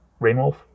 rainwolf